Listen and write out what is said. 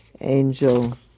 Angel